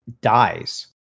dies